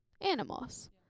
animals